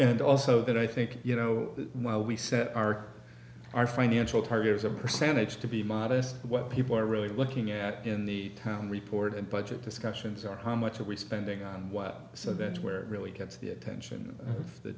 and also that i think you know while we set our our financial target as a percentage to be modest what people are really looking at in the town report and budget discussions are high much are we spending on what so that where really gets the attention of the